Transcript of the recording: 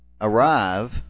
arrive